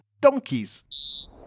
donkeys